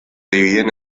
dividen